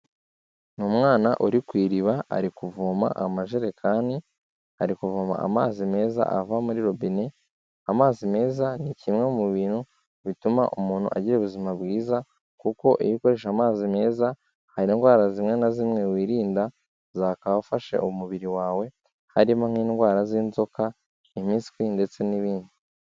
Ni umwana uri ku iriba ari kuvoma amajerekani, ari kuvoma amazi meza ava muri robine, amazi meza ni kimwe mu bintu bituma umuntu agira ubuzima bwiza, kuko iyo ukoresha amazi meza hari indwara zimwe na zimwe wirinda, zagafashe umubiri wawe harimo nk'indwara z'inzoka, impiswi ndetse n'ibindi.